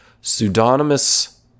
pseudonymous